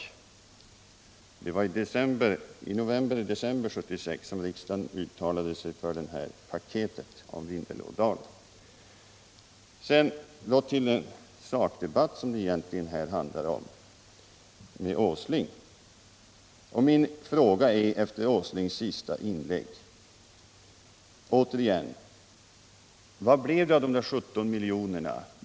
Och det var i november-december 1976 som riksdagen uttalade sig för paketet om Vindelådalen. Låt mig så återvända till den sakdebatt med industriminister Åsling som vi egentligen skulle föra här. Efter herr Åslings sista inlägg vill jag återigen fråga honom: Vad blev det av de 17 miljonerna?